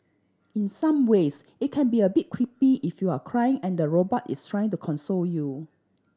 in some ways it can be a bit creepy if you're cry and the robot is trying to console you